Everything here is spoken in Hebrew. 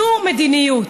זו מדיניות.